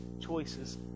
choices